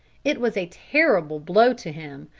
it was a terrible blow to him,